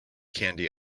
candy